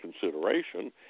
consideration